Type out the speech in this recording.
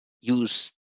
use